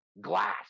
glass